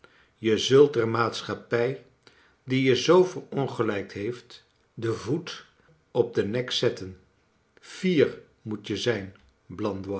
je zult der maatschappij die je zoo verongelijkt heeft den voet op den nek zetten fier moet je zijn